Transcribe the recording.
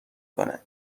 کنه